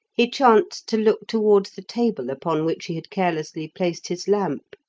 he chanced to look towards the table upon which he had carelessly placed his lamp,